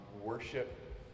Worship